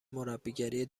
مربیگری